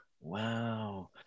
wow